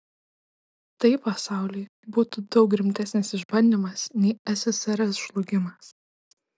tai pasauliui būtų daug rimtesnis išbandymas nei ssrs žlugimas